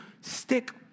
Stick